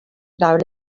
now